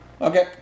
Okay